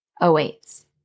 awaits